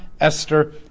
Esther